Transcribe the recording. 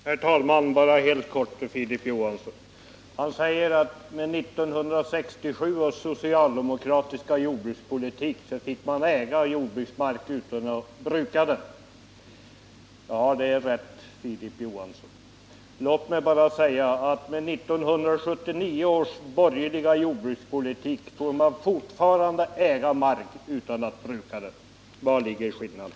Herr talman! Bara helt kort till Filip Johansson. Filip Johansson säger att med 1967 års socialdemokratiska jordbrukspolitik fick man äga jordbruksmark utan att bruka den. Ja, det är riktigt, Filip Johansson. Låt mig bara säga att med 1979 års borgerliga jordbrukspolitik får man fortfarande äga mark utan att bruka den. Var ligger skillnaden?